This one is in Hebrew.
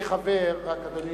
אדוני